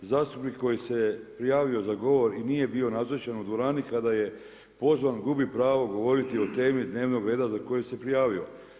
Zastupnik koji se je prijavio za govor i nije bio nazočan u dvorani kada je pozvan gubi pravo govoriti o temi dnevnog reda za koju se prijavio.